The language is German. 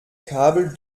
kabel